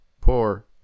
poor